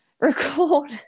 record